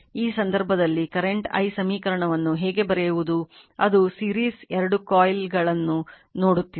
ಈ ಸಂದರ್ಭದಲ್ಲಿ current I ಸಮೀಕರಣವನ್ನು ಹೇಗೆ ಬರೆಯುವುದು ಅದು series ಗಳನ್ನು ನೋಡುತ್ತಿದೆ